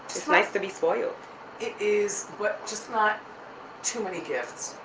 nice to be spoiled. it is, but just not too many gifts.